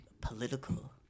political